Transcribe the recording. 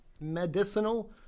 medicinal